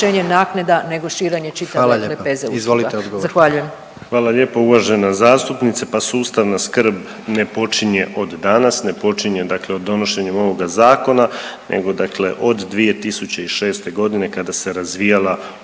Hvala lijepa. Izvolite odgovor.